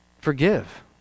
Forgive